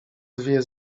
dwie